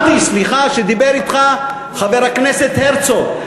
אמרתי, סליחה, כשדיבר אתך חבר הכנסת הרצוג.